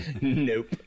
Nope